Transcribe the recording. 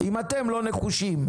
אם אתם לא נחושים,